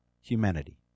humanity